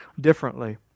differently